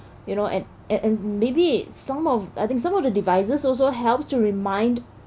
you know and and maybe some of I think some of the devices also helps to remind